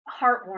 heartwarming